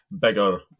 bigger